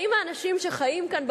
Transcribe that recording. האם האנשים שחיים כאן,